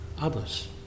others